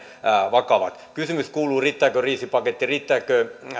vakavat seuraukset kysymys kuuluu riittääkö kriisipaketti riittääkö